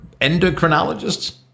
endocrinologists